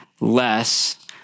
less